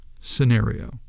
scenario